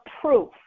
proof